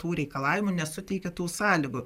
tų reikalavimų nesuteikia tų sąlygų